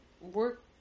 work